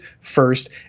first